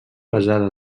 basada